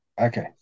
okay